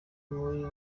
muri